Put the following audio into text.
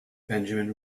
benjamin